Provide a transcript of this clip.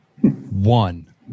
one